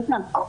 בטח,